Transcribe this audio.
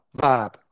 vibe